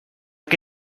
che